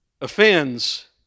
offends